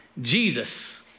Jesus